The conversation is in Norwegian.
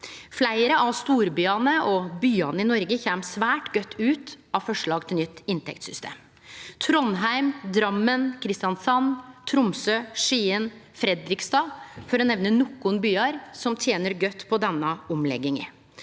Fleire av storbyane og byane i Noreg kjem svært godt ut av forslag til nytt inntektssystem – Trondheim, Drammen, Kristiansand, Tromsø, Skien, Fredrikstad, for å nemne nokon byar som tener godt på denne omlegginga.